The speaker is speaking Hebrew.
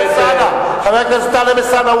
חבר הכנסת טלב אלסאנע.